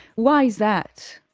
why is that?